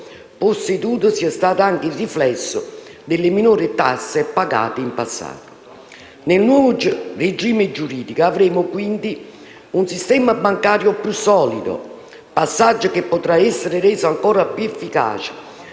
posseduto sia stato anche il riflesso delle minori tasse pagate in passato. Nel nuovo regime giuridico avremo quindi un sistema bancario più solido. Tale passaggio potrà essere reso ancora più efficace